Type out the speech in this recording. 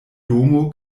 domo